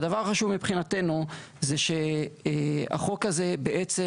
והדבר החשוב מבחינתנו זה שהחוק הזה בעצם